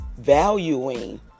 valuing